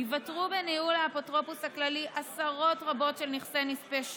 ייוותרו בניהול האפוטרופוס הכללי עשרות רבות של נכסי נספי שואה,